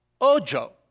Ojo